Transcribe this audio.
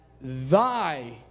Thy